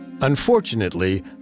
Unfortunately